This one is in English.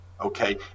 okay